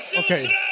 Okay